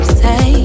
say